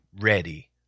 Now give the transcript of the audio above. ready